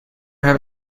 have